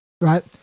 right